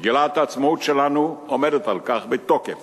מגילת העצמאות שלנו עומדת בתוקף